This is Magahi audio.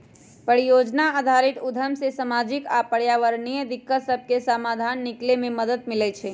परिजोजना आधारित उद्यम से सामाजिक आऽ पर्यावरणीय दिक्कत सभके समाधान निकले में मदद मिलइ छइ